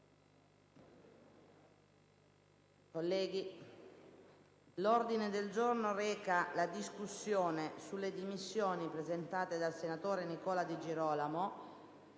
L'ordine del giorno reca la discussione delle dimissioni presentate dal senatore Nicola Di Girolamo.